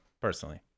Personally